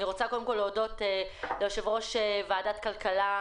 אני רוצה קודם כל להודות ליושב ראש ועדת הכלכלה,